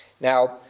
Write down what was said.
Now